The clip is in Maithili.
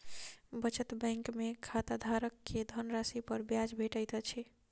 बचत बैंक में खाताधारक के धनराशि पर ब्याज भेटैत अछि